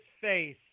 face